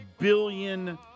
billion